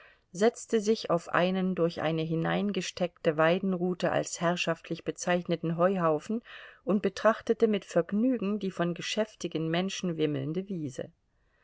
setzte sich auf einen durch eine hineingesteckte weidenrute als herrschaftlich bezeichneten heuhaufen und betrachtete mit vergnügen die von geschäftigen menschen wimmelnde wiese